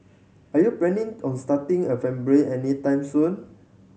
are you planning on starting a anytime soon